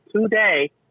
today